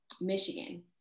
michigan